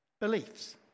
beliefs